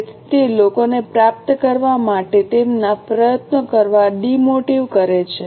તેથી તે લોકોને પ્રાપ્ત કરવા માટે તેમના પ્રયત્નો કરવા માટે ડિમોટિવ કરે છે